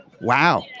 Wow